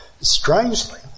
Strangely